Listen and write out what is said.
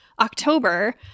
October